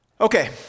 Okay